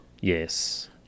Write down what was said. Yes